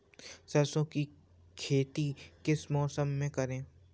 सरसों की खेती किस मौसम में करें?